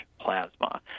plasma